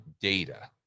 data